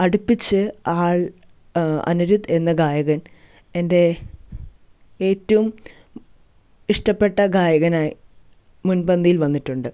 അടുപ്പിച്ച് ആൾ അനിരുദ്ധ് എന്ന ഗായകൻ എൻ്റെ ഏറ്റവും ഇഷ്ടപ്പെട്ട ഗായകനായി മുൻപന്തിയിൽ വന്നിട്ടുണ്ട്